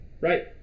Right